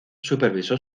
supervisó